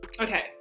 okay